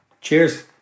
cheers